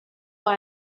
why